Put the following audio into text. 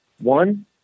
One